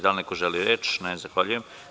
Da li neko želi reč? ne, Zahvaljujem.